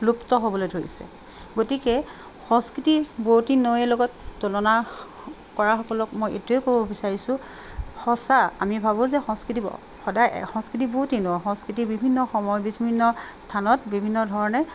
লুপ্ত হ'বলৈ ধৰিছে গতিকে সংস্কৃতি বুৱতি নৈ লগত তুলনা কৰাসকলক মই এইটোৱে ক'ব বিচাৰিছোঁ সঁচা আমি ভাবোঁ যে সংস্কৃতি সদায় সংস্কৃতি বুৱতি নৈ সংস্কৃতি বিভিন্ন সময় বিভিন্ন স্থানত বিভিন্ন ধৰণে